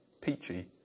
Peachy